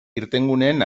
irtenguneen